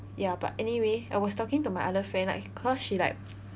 ya but anyway I was talking to my other friend like cause she like